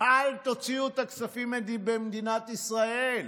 אל תוציאו את הכספים ממדינת ישראל,